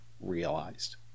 realized